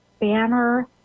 banner